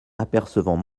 apercevant